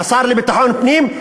השר לביטחון הפנים,